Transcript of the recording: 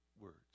words